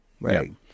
right